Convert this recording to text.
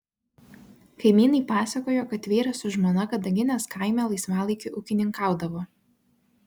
kaimynai pasakojo kad vyras su žmona kadaginės kaime laisvalaikiu ūkininkaudavo